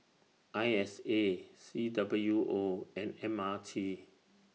I S A C W O and M R T